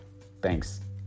Thanks